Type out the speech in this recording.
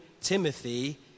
Timothy